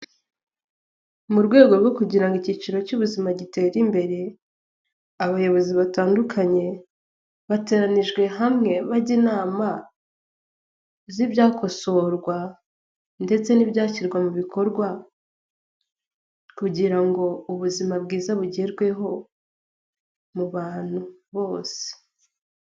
Mu rwego rwo kugira ngo icyiciro cy'ubuzima gitere imbere abayobozi batandukanye bateranijwe hamwe bajya inama z'ibyakosorwa ndetse n'ibyashyirwa mu bikorwa kugira ngo ubuzima bwiza bugerweho mu bantu bose.